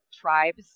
tribes